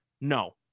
No